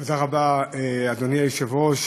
אדוני היושב-ראש,